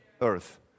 earth